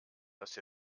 dass